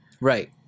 right